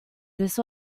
this